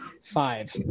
five